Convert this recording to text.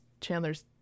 Chandler's